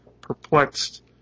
perplexed